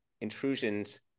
intrusions